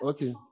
Okay